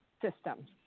system